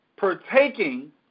partaking